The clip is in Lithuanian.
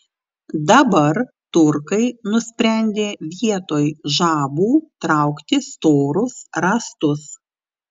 dabar turkai nusprendė vietoj žabų traukti storus rąstus